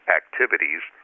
activities